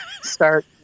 start